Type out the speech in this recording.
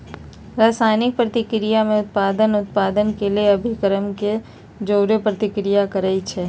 रसायनिक प्रतिक्रिया में उत्पाद उत्पन्न केलेल अभिक्रमक के जओरे प्रतिक्रिया करै छै